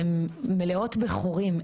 הן מלאות בחורים.